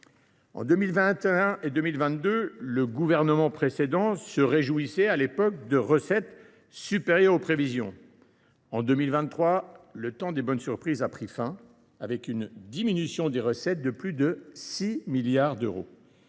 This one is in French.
En 2021 et en 2022, le gouvernement précédent se réjouissait de recettes supérieures aux prévisions. En 2023, le temps des bonnes surprises a pris fin, les recettes ayant diminué de plus de 6 milliards d’euros.